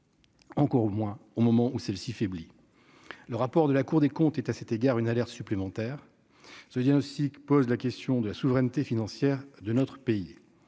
encore au moins au moment où celle-ci faiblit, le rapport de la Cour des comptes est à cet égard une alerte supplémentaire, ça veut dire aussi que pose la question de la souveraineté financière de notre pays,